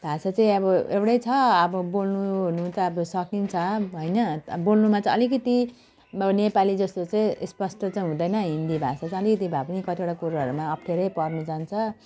भाषा चाहिँ अब एउटै छ अब बोल्नु ओर्नु त अब सकिन्छ होइन बोल्नुमा चाहिँ अलिकति अब नेपाली जस्तो चाहिँ स्पष्ट चाहिँ हुँदैन हिन्दी भाषा चाहिँ अलिकति भए पनि कतिवटा कुराहरूमा अप्ठ्यारै पर्नु जान्छ